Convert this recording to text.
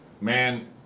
man